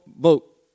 vote